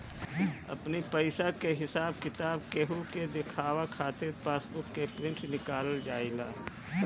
अपनी पईसा के हिसाब किताब केहू के देखावे खातिर पासबुक के प्रिंट निकालल जाएला